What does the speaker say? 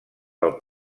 del